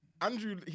andrew